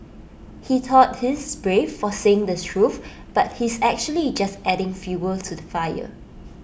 he thought he's brave for saying the truth but he's actually just adding fuel to the fire